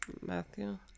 Matthew